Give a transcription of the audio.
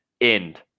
end